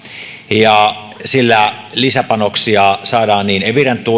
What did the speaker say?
ja sillä saadaan lisäpanoksia niin eviran